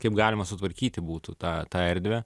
kaip galima sutvarkyti būtų tą tą erdvę